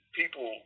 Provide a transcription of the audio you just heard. people